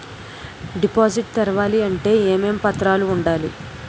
Deposit తెరవాలి అంటే ఏమేం పత్రాలు ఉండాలి?